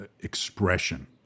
expression